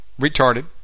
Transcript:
retarded